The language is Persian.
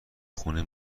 خونه